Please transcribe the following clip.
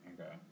Okay